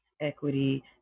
equity